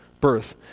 birth